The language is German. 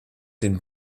den